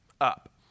up